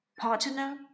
Partner